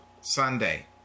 Sunday